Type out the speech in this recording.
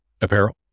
apparel